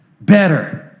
better